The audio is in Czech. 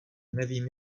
nevím